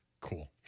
Cool